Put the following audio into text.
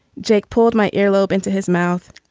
jake pulled my ear lobe into his mouth.